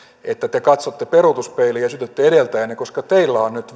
että te katsotte peruutuspeiliin ja syytätte edeltäjäänne koska teillä on nyt